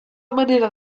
manera